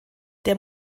der